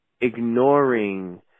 ignoring